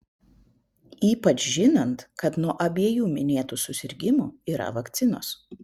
ypač žinant kad nuo abiejų minėtų susirgimų yra vakcinos